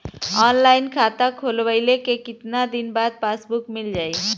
Online खाता खोलवईले के कितना दिन बाद पासबुक मील जाई?